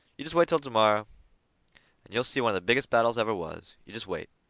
you jest wait til to-morrow, and you'll see one of the biggest battles ever was. you jest wait.